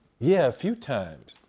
yeah, a few times.